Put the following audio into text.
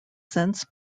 since